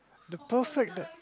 the perfect that